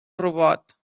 robot